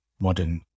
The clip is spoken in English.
modern